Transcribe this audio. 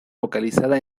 localizada